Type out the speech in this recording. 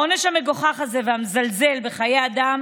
העונש המגוחך הזה והמזלזל בחיי אדם